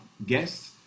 guests